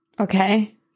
Okay